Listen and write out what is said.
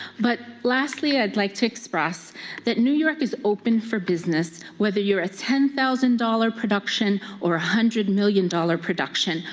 but lastly, i'd like to express that new york is open for business, whether you're a ten thousand dollars production or a one hundred million dollars production.